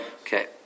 Okay